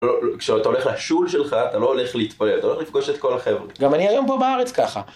כשאתה הולך לSchule שלך, אתה לא הולך להתפלל, אתה הולך לפגוש את כל החבר'ה. - גם אני היום פה בארץ ככה.